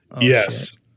Yes